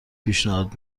پیشنهاد